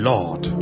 Lord